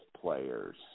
players